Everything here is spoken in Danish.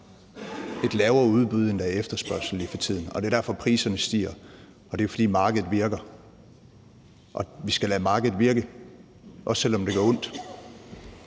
et lavere udbud, end der er efterspørgsel lige for tiden, og det er derfor, priserne stiger; det er, fordi markedet virker. Og vi skal lade markedet virke, også selv om det gør ondt.